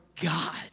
God